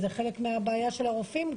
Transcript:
זה חלק מהבעיה של הרופאים,